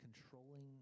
controlling